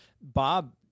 Bob